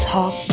Talk